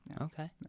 okay